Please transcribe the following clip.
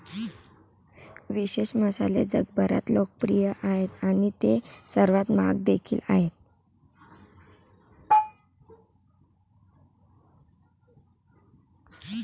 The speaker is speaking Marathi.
विशेष मसाले जगभरात लोकप्रिय आहेत आणि ते सर्वात महाग देखील आहेत